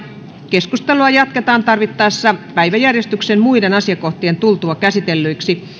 keskustelua jatketaan tarvittaessa päiväjärjestyksen muiden asiakohtien tultua käsitellyiksi